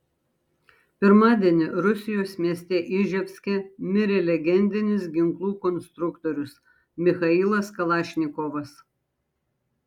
pirmadienį rusijos mieste iževske mirė legendinis ginklų konstruktorius michailas kalašnikovas